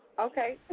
Okay